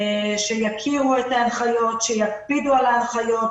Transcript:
שיכירו את ההנחיות, שיקפידו על ההנחיות.